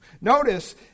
Notice